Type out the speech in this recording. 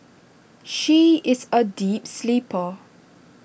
she is A deep sleeper